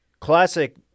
Classic